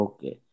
Okay